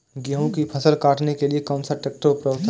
गेहूँ की फसल काटने के लिए कौन सा ट्रैक्टर उपयुक्त है?